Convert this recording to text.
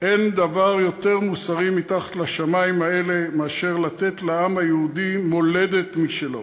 "אין דבר יותר מוסרי מתחת לשמים האלה מאשר לתת לעם היהודי מולדת משלו,